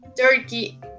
turkey